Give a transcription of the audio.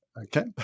Okay